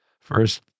First